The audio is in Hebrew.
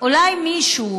אולי מישהו